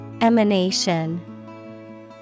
Emanation